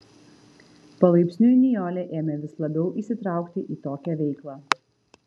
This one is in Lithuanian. palaipsniui nijolė ėmė vis labiau įsitraukti į tokią veiklą